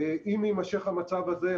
אם יימשך המצב הזה,